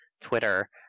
Twitter